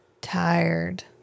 tired